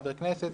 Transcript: חבר כנסת,